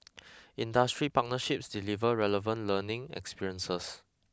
industry partnerships deliver relevant learning experiences